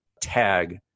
tag